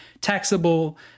taxable